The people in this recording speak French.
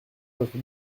notre